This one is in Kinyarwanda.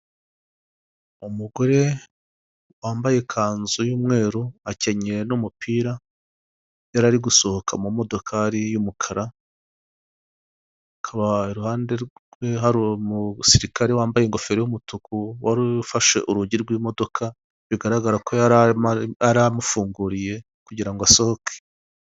Umugore wambaye ikanzu y'umweru akenyeye n'umupira, yarari gusohoka mu modokari y'umukara, akaba iruhande rwe hari umusirikari wambaye ingofero y'umutuku wari ufashe urugi rw'imodoka, bigaragara ko yaramufunguriye kugira ngo asohoke.